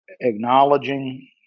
acknowledging